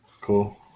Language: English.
Cool